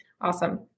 Awesome